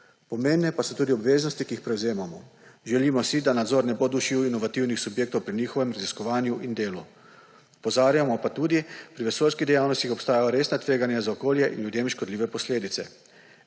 Pomembne pa so tudi obveznosti, ki jih prevzemamo. Želimo si, da nadzor ne bo dušil inovativnih subjektov pri njihovem raziskovanju in delu. Opozarjamo pa tudi, da pri vesoljskih dejavnostih obstajajo resna tveganja za okolje in ljudem škodljive posledice.